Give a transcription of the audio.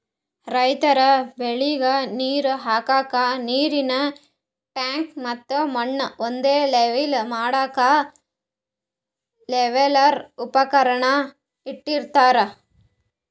ರೈತರ್ ಬೆಳಿಗ್ ನೀರ್ ಹಾಕ್ಕಕ್ಕ್ ನೀರಿನ್ ಟ್ಯಾಂಕ್ ಮತ್ತ್ ಮಣ್ಣ್ ಒಂದೇ ಲೆವೆಲ್ ಮಾಡಕ್ಕ್ ಲೆವೆಲ್ಲರ್ ಉಪಕರಣ ಇಟ್ಟಿರತಾರ್